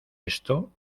esto